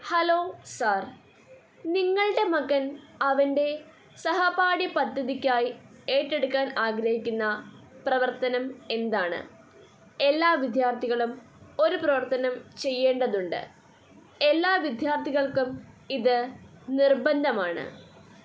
hello sir നിങ്ങളുടെ മകൻ അവന്റെ സഹപാഠ്യപദ്ധതിക്കായി ഏറ്റെടുക്കാൻ ആഗ്രഹിക്കുന്ന പ്രവർത്തനം എന്താണ് എല്ലാ വിദ്യാർത്ഥികളും ഒരു പ്രവർത്തനം ചെയ്യേണ്ടതുണ്ട് എല്ലാ വിദ്യാർത്ഥിക്കൾക്കും ഇത് നിർബന്ധമാണ്